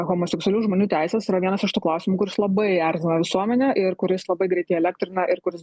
homoseksualių žmonių teises yra vienas iš tų klausimų kuris labai erzina visuomenę ir kuris labai greitai įelektrina ir kuris